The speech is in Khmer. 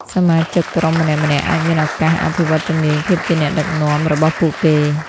សមាជិកក្រុមម្នាក់ៗអាចមានឱកាស អភិវឌ្ឍជំនាញភាពជាអ្នកដឹកនាំ របស់ពួកគេ។